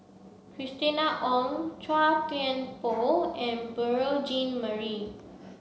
Christina Ong Chua Thian Poh and Beurel Jean Marie